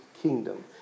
kingdom